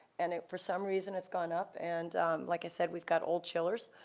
and if for some reason it's gone up, and like i said we've got old chillers,